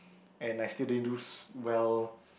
and I still didn't do well